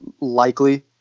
likely